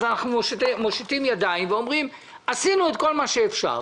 אז אנחנו מושיטים ידיים ואומרים: עשינו את כל מה שאפשר.